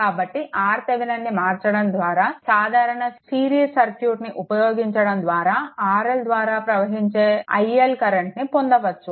కాబట్టి RL ని మార్చడం ద్వారా సాధారణ సిరీస్ సర్క్యూట్ను ఉపయోగించడం ద్వారా RL ద్వారా ప్రవహించే iL కరెంట్ను పొందవచ్చు